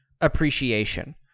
appreciation